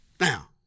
Now